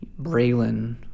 Braylon